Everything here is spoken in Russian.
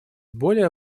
более